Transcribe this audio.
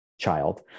Child